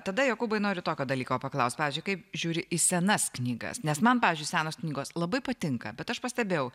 tada jokūbai noriu tokio dalyko paklaust pavyzdžiui kaip žiūri į senas knygas nes man pavyzdžiui senos knygos labai patinka bet aš pastebėjau